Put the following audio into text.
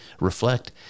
reflect